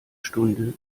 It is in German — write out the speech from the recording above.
stunde